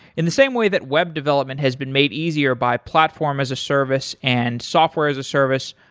in the same way that web development has been made easier by platform as a service and software as a service,